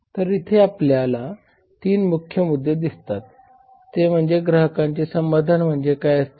तर इथे आपल्याला 3 मुख्य मुद्दे दिसतात ते म्हणजे ग्राहकांचे समाधान म्हणजे काय असते